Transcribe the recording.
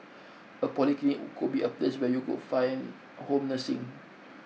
a polyclinic could be a place where you could find N home nursing